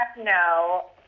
no